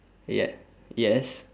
yeah yes